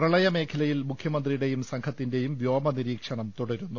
പ്രളയമേഖലയിൽ മുഖ്യമന്ത്രിയുടെയും സംഘത്തി ന്റെയും വ്യോമനിരീക്ഷണം തുടരുന്നു